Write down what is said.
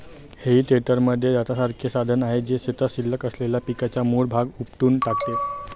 हेई टेडरमध्ये दातासारखे साधन आहे, जे शेतात शिल्लक असलेल्या पिकाचा मूळ भाग उपटून टाकते